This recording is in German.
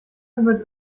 mit